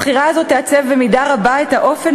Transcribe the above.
הבחירה הזאת תעצב במידה רבה את האופן